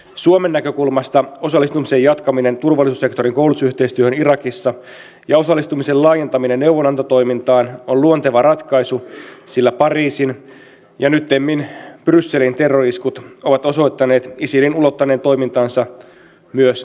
suomen näkökulmasta osallistumisen jatkaminen turvallisuussektorin koulutusyhteistyöhön irakissa ja osallistumisen laajentaminen neuvonantotoimintaan on luonteva ratkaisu sillä pariisin ja nyttemmin brysselin terrori iskut ovat osoittaneet isilin ulottaneen toimintansa myös eurooppaan